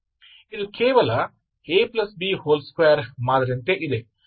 ಇದು ಕೇವಲ AB2ಮಾದರಿಯಂತೆ ಇದೆ ಸರಿ ತಾನೇ